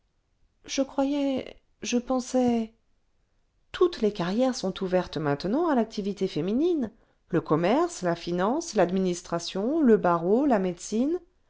je croyais je pensais toutes'les carrières sont ouvertes maintenant à l'activité féminine le commerce la finance l'administration le barreau la médecine